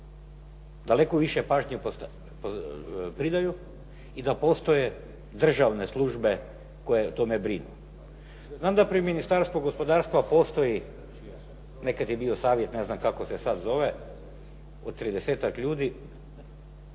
daleko više pažnje pridaju i da postoje državne službe koje o tome brinu. Znam da pri Ministarstvu gospodarstva postoji, nekad je bio savjet ne znam kako se sad zove od